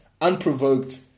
Unprovoked